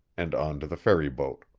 and on to the ferry boat.